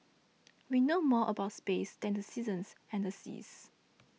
we know more about space than the seasons and the seas